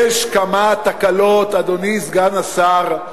אדוני סגן השר,